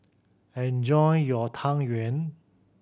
enjoy your Tang Yuen